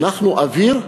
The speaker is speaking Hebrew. אנחנו אוויר?